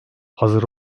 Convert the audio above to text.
hazır